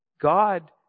God